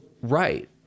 right